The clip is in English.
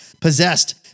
Possessed